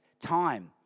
time